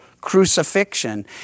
crucifixion